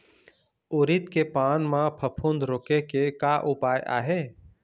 उरीद के पान म फफूंद रोके के का उपाय आहे?